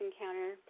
encounter